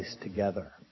together